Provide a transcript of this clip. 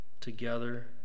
together